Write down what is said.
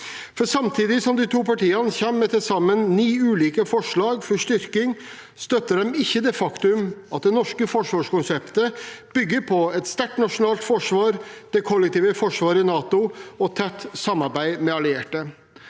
Samtidig som de to partiene kommer med til sammen ni ulike forslag for styrking, støtter de ikke det faktum at det norske forsvarskonseptet bygger på et sterkt nasjonalt forsvar, det kollektive forsvaret i NATO og tett samarbeid med allierte.